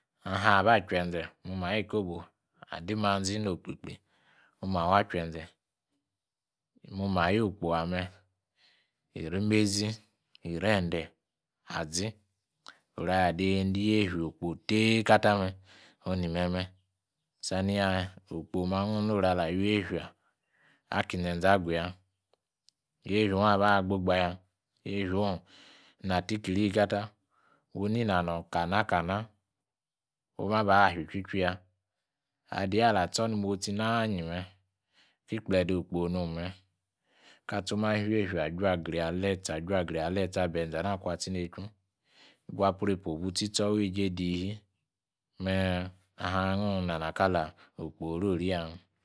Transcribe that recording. Aanhin aba chwenȝe momayi kobo adi mansii no kpri-kpri anhin aba chuenye momaa yi okpo ameh iri meȝi. iri endei aȝi oru alade'nyiende yefia okpo tie ka tame onimeme saniyame okpo ma angung noru ala weifia aki ȝenȝe aguya yefiaown aba gbogbaya yefia own ina tickiri kata woninanum kana-kana wu bua ba fia itchui tchui ya Adaa ala tsor ni motsi nii me ki kplede okpo me ka tsor afafia ajuagrinya a letse. ajuagrinya a letse abenȝe ana akwu atsi nie chu bwa prepwa obu tsi tsor wie jei di hii meh anyan gung inana kala okpo orori yameh